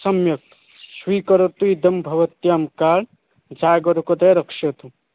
सम्यक् स्वीकरोतु इदं भवत्याः कार्ड् जागरूकतया रक्षतु